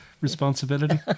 responsibility